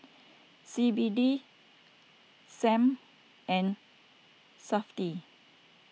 C B D Sam and SAFTI